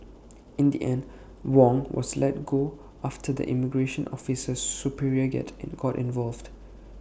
in the end Wong was let go after the immigration officer's superior got involved